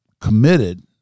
committed